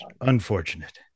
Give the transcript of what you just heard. Unfortunate